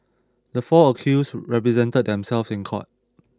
the four accused represented themselves in court